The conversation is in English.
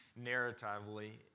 narratively